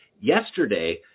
Yesterday